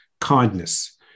kindness